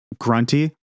grunty